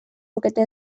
lukete